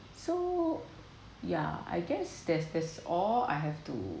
so yeah I guess that's that's all I have to